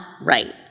right